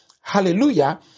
hallelujah